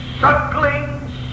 sucklings